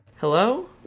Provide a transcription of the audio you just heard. Hello